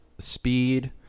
speed